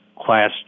class